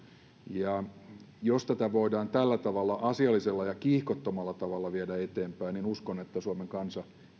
etu jos tätä voidaan tällä tavalla asiallisella ja kiihkottomalla tavalla viedä eteenpäin niin uskon että suomen kansa